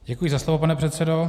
Děkuji za slovo, pane předsedo.